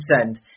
percent